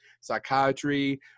psychiatry